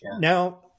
Now